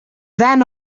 then